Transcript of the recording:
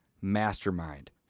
mastermind